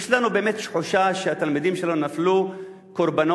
יש לנו באמת תחושה שהתלמידים שלנו נפלו קורבן